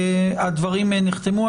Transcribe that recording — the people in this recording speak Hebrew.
שהדברים נחתמו.